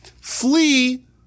flee